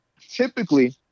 typically